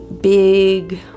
big